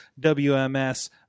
wms